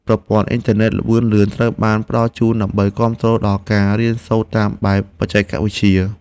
ប្រព័ន្ធអ៊ីនធឺណិតល្បឿនលឿនត្រូវបានផ្តល់ជូនដើម្បីគាំទ្រដល់ការរៀនសូត្រតាមបែបបច្ចេកវិទ្យា។